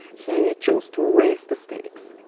he chose to raise the stakes.